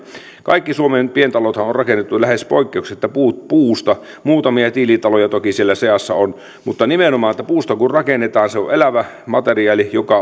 kaikki suomen pientalothan on on rakennettu lähes poikkeuksetta puusta muutamia tiilitaloja toki siellä seassa on mutta nimenomaan että puusta kun rakennetaan se on elävä materiaali se